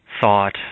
thought